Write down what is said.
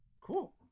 Cool